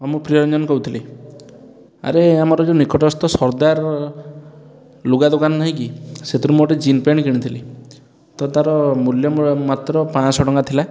ହଁ ମୁଁ ପ୍ରିୟରଞ୍ଜନ କହୁଥିଲି ଆରେ ଆମର ଯେଉଁ ନିକଟସ୍ଥ ସର୍ଦାର ଲୁଗା ଦୋକାନ ନାହିଁ କି ସେଥିରୁ ମୁଁ ଗୋଟେ ଜିନ୍ ପ୍ୟାଣ୍ଟ୍ କିଣିଥିଲି ତ ତା'ର ମୂଲ୍ୟମାତ୍ର ପାଞ୍ଚଶହ ଟଙ୍କା